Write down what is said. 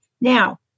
Now